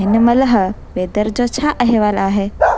हिनमहिल ह वेदर जो छा अहिवालु आहे